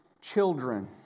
children